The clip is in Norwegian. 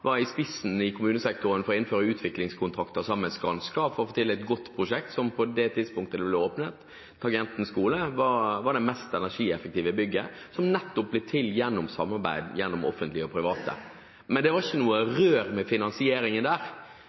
var i spissen i kommunesektoren for å innføre utviklingskontrakter sammen med Skanska for å få til et godt prosjekt, Tangenten skole, som på det tidspunktet det ble åpnet, var det mest energieffektive bygget, som nettopp ble til gjennom samarbeid mellom offentlige og private. Men det var ikke noe rør med finansieringen der.